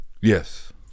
Yes